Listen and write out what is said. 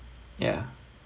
ya